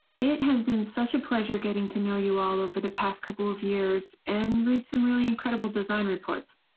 it has been such a pleasure getting to know you all over the past couple of years and read some really incredible design reports.